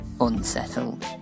unsettled